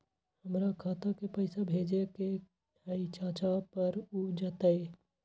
हमरा खाता के पईसा भेजेए के हई चाचा पर ऊ जाएत?